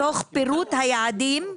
"תוך פירוט היעדים".